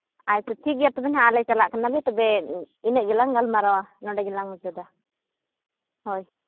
ᱟᱪᱪᱷᱟ ᱴᱷᱤᱠ ᱜᱮᱭᱟ ᱛᱚᱵᱮᱱᱟᱜ ᱟᱞᱮ ᱪᱟᱞᱟᱜ ᱠᱟᱱᱟᱞᱮ ᱟᱞᱮ ᱤᱱᱟᱹᱜ ᱜᱮᱞᱟᱝ ᱜᱟᱞᱢᱟᱨᱟᱣᱟ ᱱᱚᱸᱰᱮ ᱜᱮᱞᱟᱝ ᱢᱩᱪᱟᱹᱫᱟ ᱦᱳᱭ